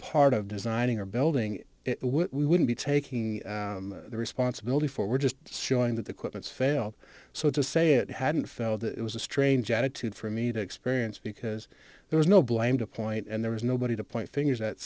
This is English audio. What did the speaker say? part of designing or building we wouldn't be taking the responsibility for we're just showing that the quote it's failed so to say it hadn't felt it was a strange attitude for me to experience because there was no blame to point and there was nobody to point fingers at